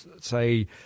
say